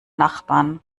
nachbarn